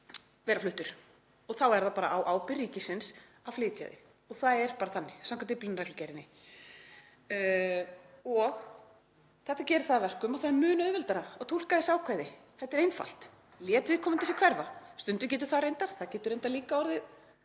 vera fluttur og þá er það bara á ábyrgð ríkisins að flytja þig og það er bara þannig samkvæmt Dyflinnarreglugerðinni. Þetta gerir það að verkum að það er mun auðveldara að túlka þessi ákvæði. Þetta er einfalt: Lét viðkomandi sig hverfa? Stundum getur það reyndar verið. Það getur reyndar líka orðið